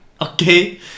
Okay